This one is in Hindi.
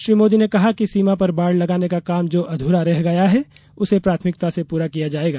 श्री मोदी ने कहा कि सीमा पर बाड़ लगाने का काम जो अध्रा रह गया है उसे प्राथमिकता से पूरा किया जाएगा